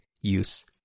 use